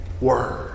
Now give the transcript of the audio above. word